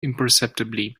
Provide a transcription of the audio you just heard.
imperceptibly